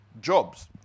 Jobs